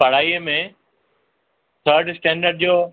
पढ़ाईअ में third standard जो